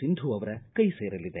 ಸಿಂಧು ಅವರ ಕೈ ಸೇರಲಿದೆ